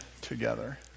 together